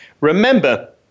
Remember